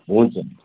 हुन्छ